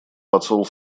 посол